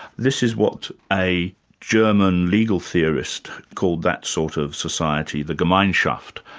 this is what a german legal theorist called that sort of society, the gemeinschaft,